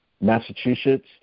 massachusetts